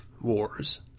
wars